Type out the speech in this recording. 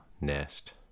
nest